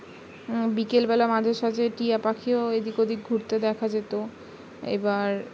বিকেলবেলা মাঝে সাঝে টিয়া পাখিও এদিক ওদিক ঘুরতে দেখা যেত এবার